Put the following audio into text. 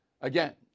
Again